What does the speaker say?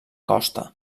costa